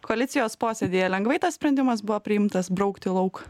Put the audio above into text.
koalicijos posėdyje lengvai tas sprendimas buvo priimtas braukti lauk